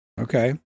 Okay